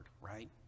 right